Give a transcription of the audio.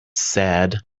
said